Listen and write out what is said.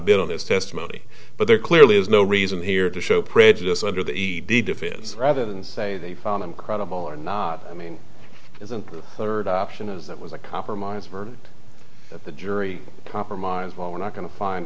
build on this testimony but there clearly is no reason here to show prejudice under the e d defense rather than say they found him credible or not i mean isn't third option is that was a compromise for the jury compromise what we're not going to find